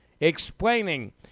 explaining